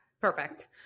Perfect